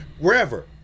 wherever